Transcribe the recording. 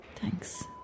Thanks